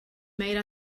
made